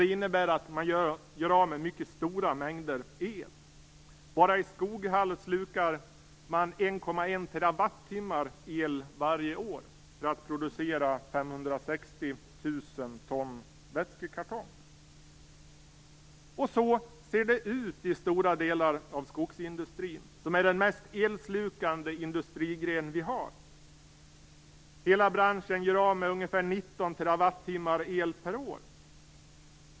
Det innebär att man gör av med mycket stora mängder el. Bara i Skoghall slukar man 1,1 TWh el varje år för att producera 560 000 ton vätskekartong. Så ser det ut i stora delar av skogsindustrin, som är den mest elslukande industrigren vi har. Hela branschen gör av med ungefär 19 TWh el per år.